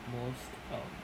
the most um